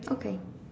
okay